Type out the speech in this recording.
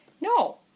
No